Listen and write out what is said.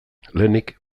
lehenik